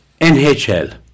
NHL